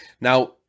Now